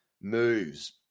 moves